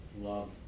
love